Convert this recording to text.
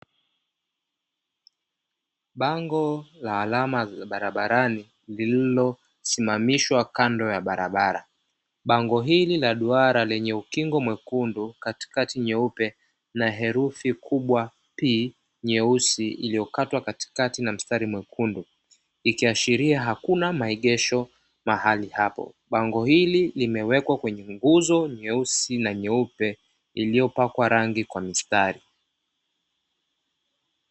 Bango la alama za barabarani lililosimamishwa kando ya barabara. Bango hili la duara lenye ukingo mwekundu, katikati nyeupe na herufi kubwa P nyeusi iliyokatwa katikati na mstari mwekundu, ikiashiria hakuna maegesho mahali hapo. Bango hili limewekwa kwenye nguzo nyeusi na nyeupe iliyopakwa rangi kwa mistari.